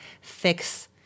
fix